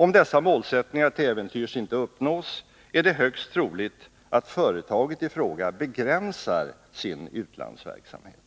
Om dessa målsättningar till äventyrs inte uppnås, är det högst troligt att företaget i fråga begränsar sin utlandsverksamhet.